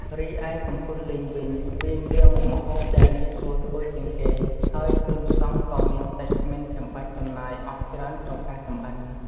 រីឯកំពឹសលីងវិញ វាជាមុខម្ហូបដែលងាយស្រួលធ្វើជាងគេ ហើយគ្រឿងផ្សំក៏មានតិចមិនចំបាច់ចំណាយអស់ច្រើនក្នុងការចម្អិន។